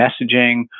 messaging